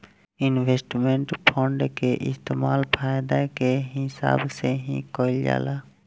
investment fund के इस्तेमाल फायदा के हिसाब से ही कईल जाला